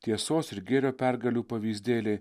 tiesos ir gėrio pergalių pavyzdėliai